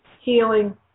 healing